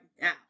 now